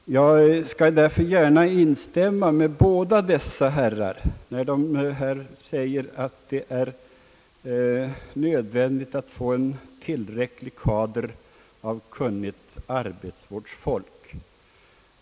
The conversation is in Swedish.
Därför skall jag gärna instämma med båda herrarna när de säger att det är nödvändigt att få en tillräcklig kader av kunnigt arbetsvårdsfolk.